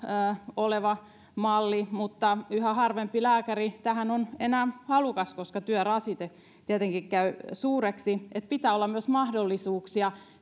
se malli mutta yhä harvempi lääkäri tähän on enää halukas koska työrasite tietenkin käy suureksi pitää olla myös mahdollisuuksia